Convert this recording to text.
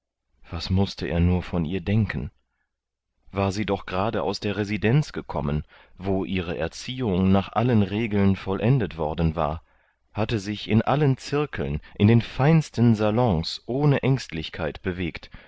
was mußte er nur von ihr denken war sie doch gerade aus der residenz gekommen wo ihre erziehung nach allen regeln vollendet worden war hatte sich in allen zirkeln in den feinsten salons ohne ängstlichkeit bewegt